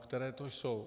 Které to jsou?